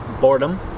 Boredom